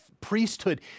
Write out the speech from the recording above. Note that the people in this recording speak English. priesthood